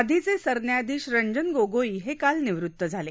आधीचे सरन्यायाधीश रंजन गोगोई हे काल निवृत्त झाले